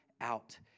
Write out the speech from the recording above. out